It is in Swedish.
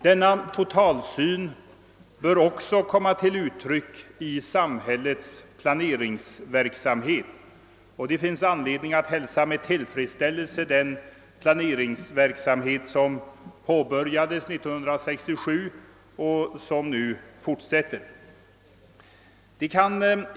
Denna totalsyn bör också komma till uttryck i samhällets planeringsverksamhet, och det finns anledning att hälsa med tillfredsställelse den planeringsverksamhet som påbörjats 1967 och som nu fortsätter.